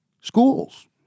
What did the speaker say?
schools